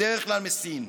בדרך כלל מסין.